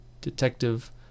detective